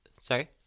Sorry